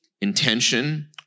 intention